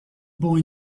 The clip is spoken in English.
boy